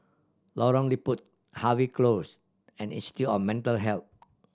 Lorong Liput Harvey Close and Institute of Mental Health